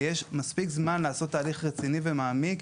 ויש מספיק זמן לעשות תהליך רציני ומעמיק,